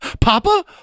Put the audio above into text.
Papa